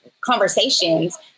conversations